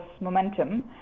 momentum